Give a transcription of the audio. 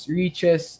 reaches